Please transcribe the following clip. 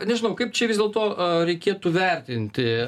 nežinau kaip čia vis dėlto reikėtų vertinti